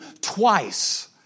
twice